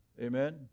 Amen